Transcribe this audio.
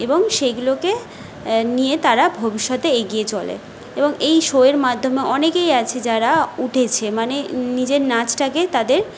এবং সেইগুলোকে নিয়ে তারা ভবিষ্যতে এগিয়ে চলে এবং এই শোয়ের মাধ্যমে অনেকেই আছে যারা উঠেছে মানে নিজের নাচটাকেই তাদের